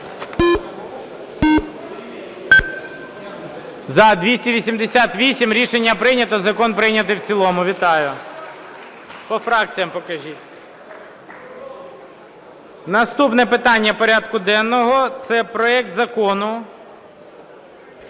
За-288 Рішення прийнято. Закон прийнятий в цілому. Вітаю! По фракціям покажіть. Наступне питання порядку денного, це проект Закону